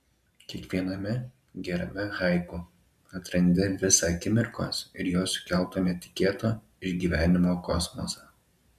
kiekviename gerame haiku atrandi visą akimirkos ir jos sukelto netikėto išgyvenimo kosmosą